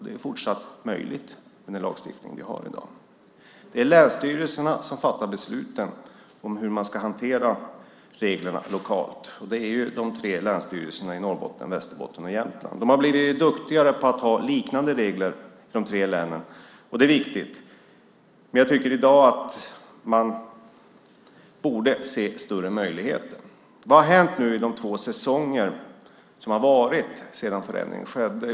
Det är fortsatt möjligt med den lagstiftning vi har i dag. Det är länsstyrelserna som fattar besluten om hur man ska hantera reglerna lokalt. Det är de tre länsstyrelserna i Norrbotten, Västerbotten och Jämtland. De tre länen har blivit duktigare på att ha likartade regler. Det är viktigt, men i dag borde man se större möjligheter. Vad har hänt de två säsonger som har gått sedan förändringen skedde?